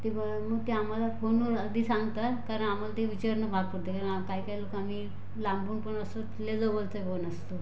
तेव्हा ते मग आम्हाला फोनवर आधी सांगतात कारण आम्हाला ते विचारणं भाग पडतं कारण आ काही काही लोकांनी लांबून पण असतो तिथले जवळचे पण असतो